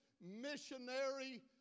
missionary